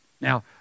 Now